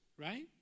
right